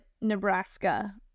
Nebraska